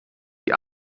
die